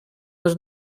was